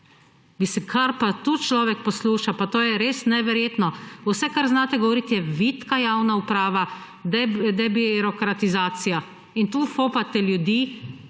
norca? Kar pa tu človek posluša! Pa to je res neverjetno! Vse, kar znate govoriti, je vitka javna uprava, debirokratizacija. In tu fopate ljudi